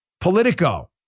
Politico